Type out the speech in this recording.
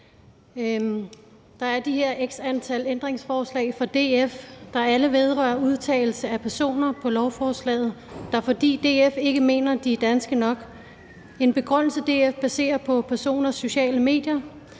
Der er x antal ændringsforslag fra DF, der alle vedrører udtagelse af personer på lovforslaget, fordi DF ikke mener, de er danske nok. Det er en begrundelse, DF baserer på personers sociale medier.